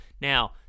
Now